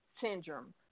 syndrome